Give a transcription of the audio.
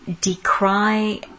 decry